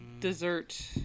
dessert